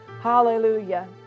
Hallelujah